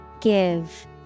give